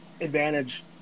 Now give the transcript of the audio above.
advantage